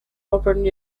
auburn